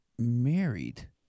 married